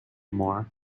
more